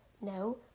No